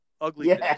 Ugly